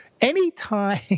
anytime